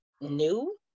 new